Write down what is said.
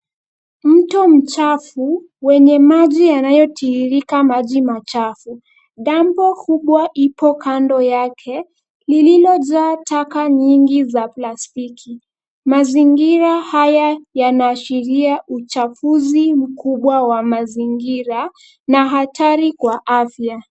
Mto mchafu, wenye maji yanayotiririka maji machafu. Dampo kubwa ipo kando yake lililojaa taka nyingi za plastiki. Mazingira haya yanaashiria uchafuzi mkubwa wa mazingira na hatari kwa afya.